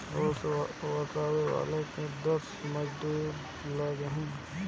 ओसवले में दस मजूर लगिहन